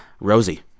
Rosie